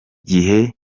gihe